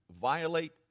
violate